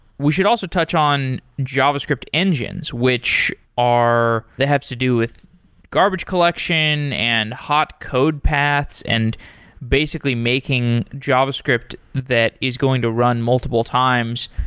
we should also touch on javascript engines, which are they have to do with garbage collection, and hot code paths, and basically making javascript that is going to run multiple times,